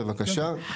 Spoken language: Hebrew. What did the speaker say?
בבקשה.